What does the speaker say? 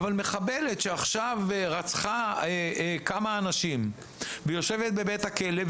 אבל מחבלת שרצחה כמה אנשים ויושבת בבית הכלא,